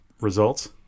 Results